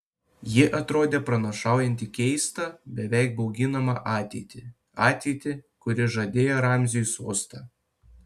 ji atrodė pranašaujanti keistą beveik bauginamą ateitį ateitį kuri žadėjo ramziui sostą